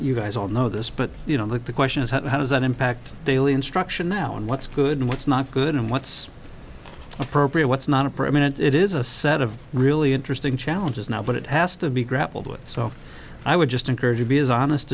you guys all know this but you know look the question is how does an impact daily instruction now on what's good and what's not good and what's appropriate what's not a permanent it is a set of really interesting challenges now but it has to be grappled with so i would just encourage you be as honest